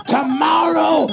Tomorrow